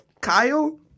Kyle